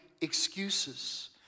excuses